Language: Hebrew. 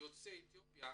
יוצאי אתיופיה